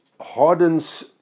hardens